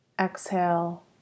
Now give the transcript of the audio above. exhale